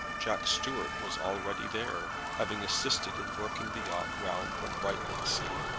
jack stuart was already there, having assisted in working the yacht round from brightlingsea.